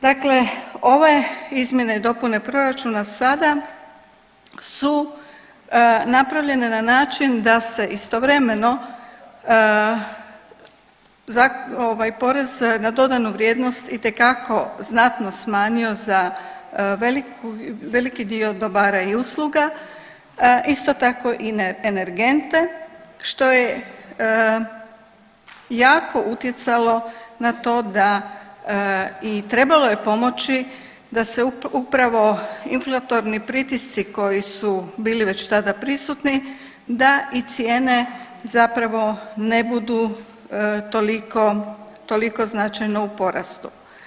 Dakle, ove izmjene i dopune proračuna sada su napravljene na način da se istovremeno ovaj porez na dodanu vrijednost itekako znatno smanjio za veliki dio dobara i usluga isto tako i na energente što je jako utjecalo na to da i trebalo je pomoći da se upravo inflatorni pritisci koji su bili već tada prisutni da i cijene zapravo ne budu zapravo toliko, toliko značajno u porastu.